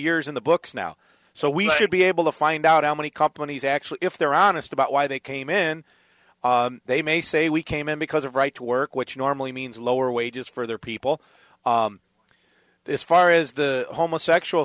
years in the books now so we should be able to find out how many companies actually if they're honest about why they came in they may say we came in because of right to work which normally means lower wages for their people is far is the homosexual